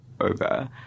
over